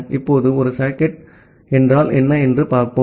இப்போது ஒரு சாக்கெட் என்றால் என்ன என்று பார்ப்போம்